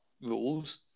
rules